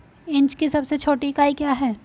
Inch की सबसे छोटी इकाई क्या है?